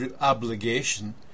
obligation